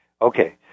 Okay